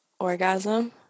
orgasm